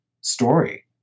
story